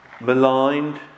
maligned